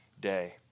day